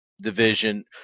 division